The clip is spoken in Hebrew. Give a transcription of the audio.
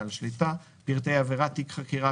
בעל שליטה); פרטי העברה/ תיק החקירה,